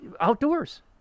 outdoors